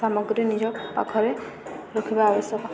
ସାମଗ୍ରୀ ନିଜ ପାଖରେ ରଖିବା ଆବଶ୍ୟକ